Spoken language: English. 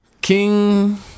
King